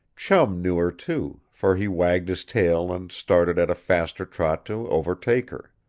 chum knew her, too, for he wagged his tail and started at a faster trot to overtake her.